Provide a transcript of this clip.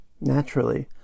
Naturally